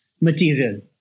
material